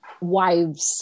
wives